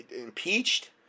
impeached